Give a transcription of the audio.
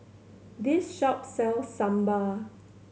this shop sells Sambar